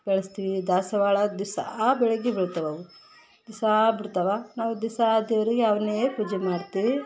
ಬೆಳೆಸ್ತೀವಿ ದಾಸವಾಳ ದಿಸಾ ಬೆಳಗ್ಗೆ ಬೆಳಿತಾವೆ ಅವು ದಿಸಾ ಬಿಡ್ತಾವೆ ನಾವು ದಿಸಾ ದೇವರಿಗೆ ಅವುನ್ನೆ ಪೂಜೆ ಮಾಡ್ತೀವಿ